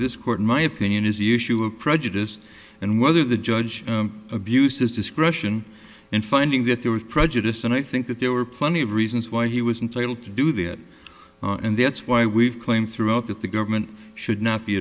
this court in my opinion is the issue of prejudice and whether the judge abused his discretion in finding that there was prejudice and i think that there were plenty of reasons why he was entitled to do that and that's why we've claimed throughout that the government should not be